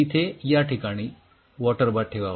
इथे या ठिकाणी वॉटर बाथ ठेवावा